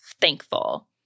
thankful